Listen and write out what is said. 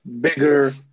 bigger